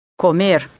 comer